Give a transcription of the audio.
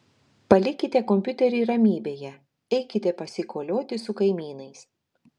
palikite kompiuterį ramybėje eikite pasikolioti su kaimynais